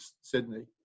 Sydney